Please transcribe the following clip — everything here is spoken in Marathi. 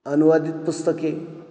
अनुवादित पुस्तके